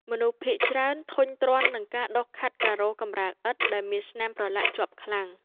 មនុស្សភាគច្រើនធុញទ្រាន់នឹងការដុសខាត់ការ៉ូកម្រាលឥដ្ឋ ដែលមានស្នាមប្រឡាក់ជាប់ខ្លាំង។